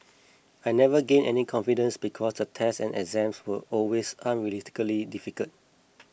I never gained any confidence because the tests and exams were always unrealistically difficult